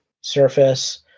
surface